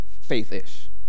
faith-ish